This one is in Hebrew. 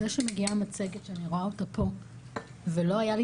זה שמגיעה מצגת שאני רואה אותה פה ולא הייתה לי